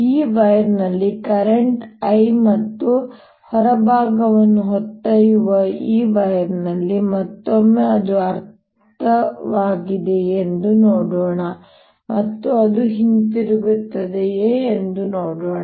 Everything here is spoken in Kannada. ಈ ವೈರ್ ನಲ್ಲಿ ಕರೆಂಟ್ I ಮತ್ತು ಹೊರಭಾಗವನ್ನು ಹೊತ್ತೊಯ್ಯುವ ಈ ವೈರ್ನಲ್ಲಿ ಮತ್ತೊಮ್ಮೆ ಅದು ಅರ್ಥವಾಗಿದೆಯೇ ಎಂದು ನೋಡೋಣ ಮತ್ತು ಅದು ಹಿಂತಿರುಗುತ್ತಿದೆ ಎಂದು ನೋಡೋಣ